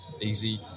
easy